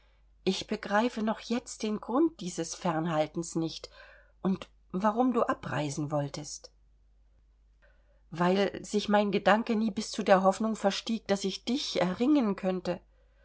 ich begreife noch jetzt den grund dieses fernhaltens nicht und warum du abreisen wolltest weil sich mein gedanke nie bis zu der hoffnung verstieg daß ich dich erringen könnte